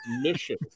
mission